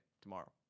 tomorrow